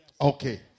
okay